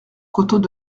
côteaux